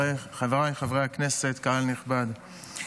חבריי חברי הכנסת, קהל נכבד,